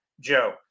Joe